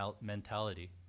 mentality